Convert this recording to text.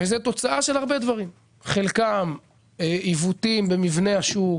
זו תוצאה של הרבה דברים: חלקם עיוותים במבנה השוק,